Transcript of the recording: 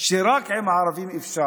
רצח רבין, במקום ללמוד שרק עם הערבים אפשר,